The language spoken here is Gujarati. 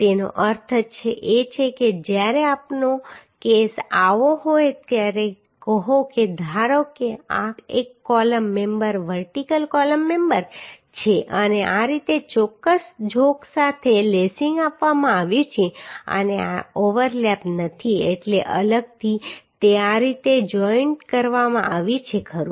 તેનો અર્થ એ છે કે જ્યારે આપણો કેસ આવો હોય ત્યારે કહો કે ધારો કે આ એક column member vertical column member છે અને આ રીતે ચોક્કસ ઝોક સાથે લેસિંગ આપવામાં આવ્યું છે અને આ ઓવરલેપ નથી એટલે અલગથી તે આ રીતે જોઈન્ટ કરવામાં આવ્યું છે ખરું